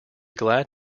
glad